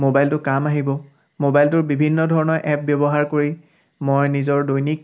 মোবাইলটো কাম আহিব মোবাইলটোৰ বিভিন্ন ধৰণৰ এপ ব্যৱহাৰ কৰি মই নিজৰ দৈনিক